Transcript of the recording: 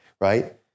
right